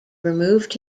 removed